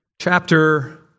chapter